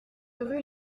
rue